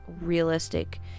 realistic